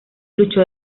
luchó